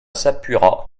s’appuiera